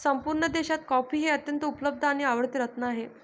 संपूर्ण देशात कॉफी हे अत्यंत उपलब्ध आणि आवडते रत्न आहे